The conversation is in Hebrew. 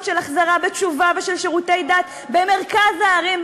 של החזרה בתשובה ושל שירותי דת במרכזי הערים,